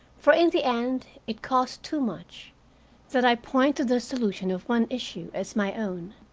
for in the end it cost too much that i point to the solution of one issue as my own.